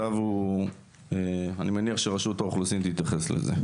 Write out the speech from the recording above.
אני מניח שרשות האוכלוסין תתייחס לזה.